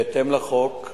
בהתאם לחוק,